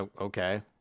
Okay